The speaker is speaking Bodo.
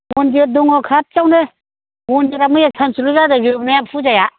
मन्दिर दङ खाथियावनो मन्दिरा मैया सानसेल' जादों जोबनाया फुजाया